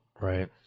Right